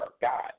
God